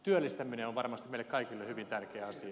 työllistäminen on varmasti meille kaikille hyvin tärkeä asia